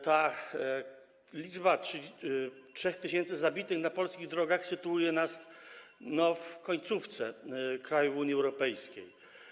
Ta liczba 3 tys. zabitych na polskich drogach sytuuje nas w końcówce krajów Unii Europejskiej.